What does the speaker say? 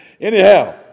Anyhow